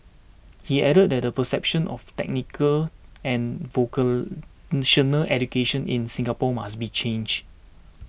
he added that the perception of technical and education in Singapore must be changed